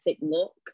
look